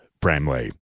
Bramley